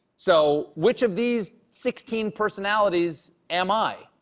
so which of these sixteen personalities am i?